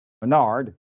Bernard